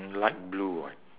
light blue